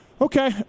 Okay